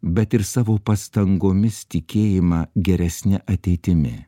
bet ir savo pastangomis tikėjimą geresne ateitimi